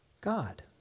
God